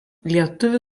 lietuvių